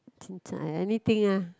chin-cai I anything ah